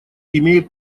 имеет